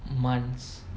months